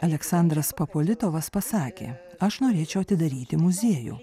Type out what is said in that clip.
aleksandras papolitovas pasakė aš norėčiau atidaryti muziejų